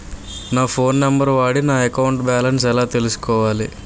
నా phone number వాడి నా అకౌంట్ బాలన్స్ ఎలా తెలుసుకోవాలి?